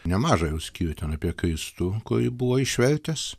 nemažą jau skyrių ten apie kristų kurį buvo išvertęs